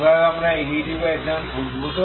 কিভাবে আমরা এই হিট ইকুয়েশন উদ্ভূত